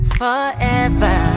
forever